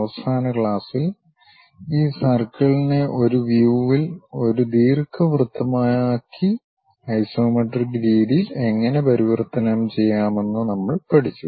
അവസാന ക്ലാസ്സിൽ ഈ സർക്കിളിനെ ഒരു വ്യൂവിൽ ഒരു ദീർഘവൃത്തമാക്കി ഐസോമെട്രിക് രീതിയിൽ എങ്ങനെ പരിവർത്തനം ചെയ്യാമെന്ന് നമ്മൾ പഠിച്ചു